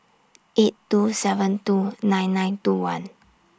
eight two seven two nine nine two one